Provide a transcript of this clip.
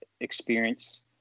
experience